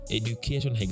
education